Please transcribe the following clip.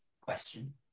question